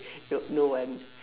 no no one